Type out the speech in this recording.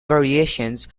variations